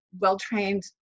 well-trained